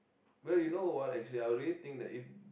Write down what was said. well you know what actually I really think that if